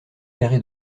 carré